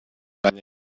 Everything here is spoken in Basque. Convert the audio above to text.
baina